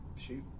Shoot